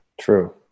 True